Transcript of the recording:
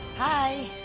hi.